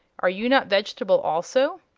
are you not vegetable, also?